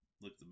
look